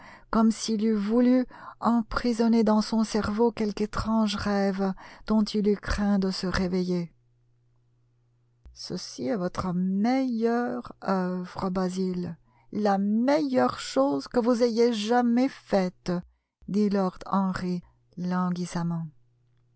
comme s'il eût voulu emprisonner dans son cerveau quelque étrange rêve dont il eût craint de se réveiller ceci est votre meilleure œuvre basil la meilleure chose que vous ayez jamais faite dit lord henry